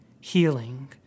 healing